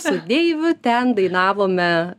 su deiviu ten dainavome